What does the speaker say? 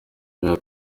yagize